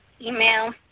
email